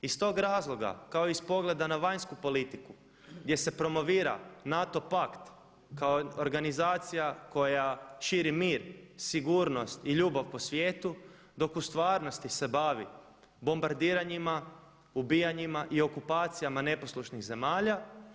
Iz tog razloga kao i iz pogleda na vanjsku politiku gdje se promovira NATO pakt kao organizacija koja širi mir, sigurnost i ljubav po svijetu dok u stvarnosti se bavi bombardiranjima, ubijanjima i okupacijama neposlušnih zemalja.